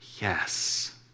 Yes